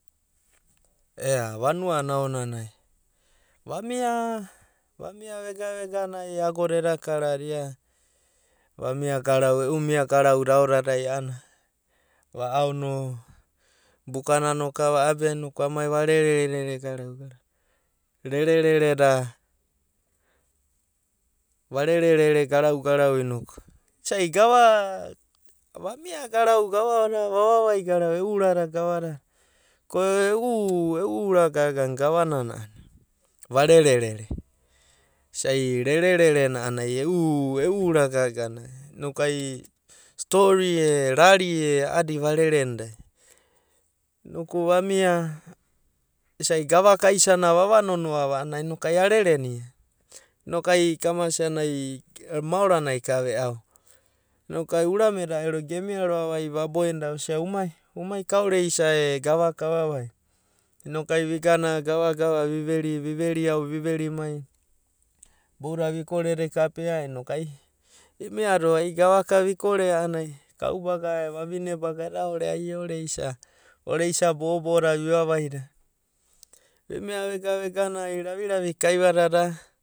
Ea vanuana aonanai vamia, vamia vegana vegane ai agoda eda karada vamia garau, e’u mia garau da aodadai a’anana va’aono buka na’ka no vabia noku vamai varerer garau garau. reread, va rerere garau garau inoku, isai gava, vamia garau gava da vava vai garau e’u urada gava dada ko e’u ura gagana gava nana a’anana va re’rere isai re’rere na a’anana e’u, e’u ura gaga na. inoku ai stori e rari e a’adi vare’reni da noku vamia isai gavaka aisenia va ava nonoa va a’anana ai inoku ai are’re’nia noku kawasic a’anana ai maora nai ka noku ai urame da ero gemia roa’va ai va boe enida, “umai, umai kaore isa e gava kavavai”, noku ai vigana gava gava viveri ao viver mai bou dadai vikoreda kapea noku ai imiado ai gavaka ikore’aodo a’anana ai kau baga e vavine baga eda ore ai i’ore isa, ore isa bo’o bo’o da vivavaida, vimia vegana vegana ai ravi ravi da kaiva dada.